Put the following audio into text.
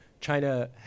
China